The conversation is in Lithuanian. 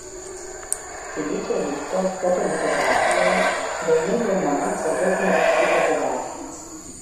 silicio lusto fotolitografijoje dažnai gaunama per daug neryški topografija